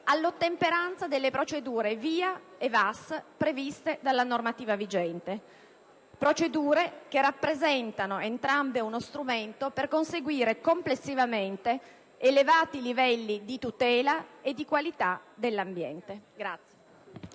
all'ottemperanza delle procedure VIA e VAS previste dalla normativa vigente, procedure che rappresentano uno strumento per conseguire complessivamente elevati livelli di tutela e di qualità dell'ambiente.